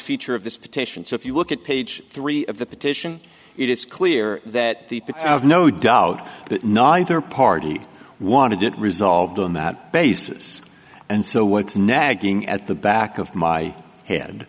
feature of this petition so if you look at page three of the petition it is clear that the have no doubt that neither party wanted it resolved on that basis and so what's nagging at the back of my head